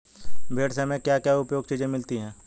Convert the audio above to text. भेड़ से हमें क्या क्या उपयोगी चीजें मिलती हैं?